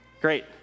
Great